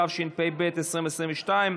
התשפ"ב 2022,